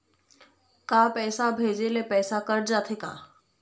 का पैसा भेजे ले पैसा कट जाथे का?